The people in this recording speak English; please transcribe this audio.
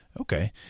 Okay